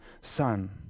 son